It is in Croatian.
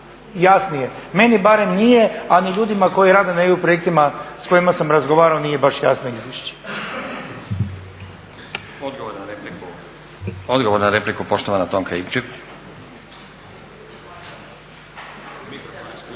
jasnije. Meni barem nije a ni ljudima koji rade na EU projektima s kojima sam razgovarao nije baš jasno izvješće. **Stazić, Nenad (SDP)** Odgovor na repliku poštovana Tonka Ivčević.